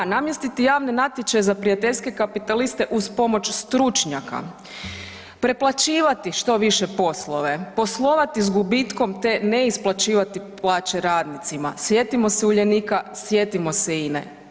Dva, namjestiti javne natječaje za prijateljske kapitaliste uz pomoć stručnjaka, preplaćivati što više poslove, poslovati s gubitkom te ne isplaćivati plaće radnicima, sjetimo se Uljanika, sjetimo se INE.